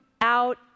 out